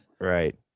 Right